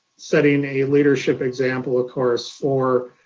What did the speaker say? setting a leadership example, of course, for